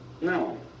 No